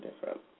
different